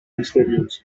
misterioso